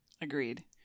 agreed